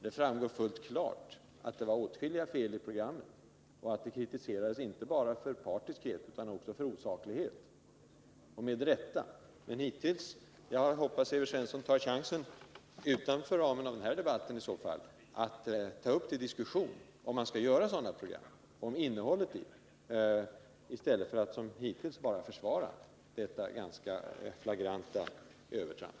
Det framgår fullt klart att det fanns åtskilliga felaktigheter i programmet och att det inte bara kritiserades för partiskhet utan också för osaklighet — och det med rätta. Jag hoppas att Evert Svensson tar chansen att — utanför ramen för denna debatt — ta upp till diskussion innehållet i programmet och om man över huvud taget skall göra sådana här program, i stället för att, som hittills, bara försvara detta ganska flagranta övertramp.